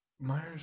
Myers